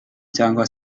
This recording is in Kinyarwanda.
cyangwa